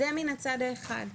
זה מהצד האחד.